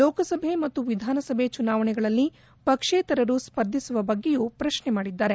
ಲೋಕಸಭೆ ಮತ್ತು ವಿಧಾನಸಭೆ ಚುನಾವಣೆಗಳಲ್ಲಿ ಪಕ್ಷೇತರರು ಸ್ವರ್ಧಿಸುವ ಬಗ್ಗೆಯೂ ಪ್ರಶ್ನೆ ಮಾಡಿದ್ದಾರೆ